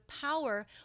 power